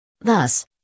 Thus